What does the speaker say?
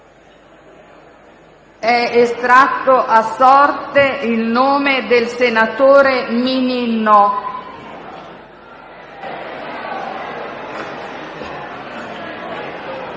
*(È estratto a sorte il nome del senatore Mininno).*